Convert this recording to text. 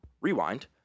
Rewind